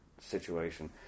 situation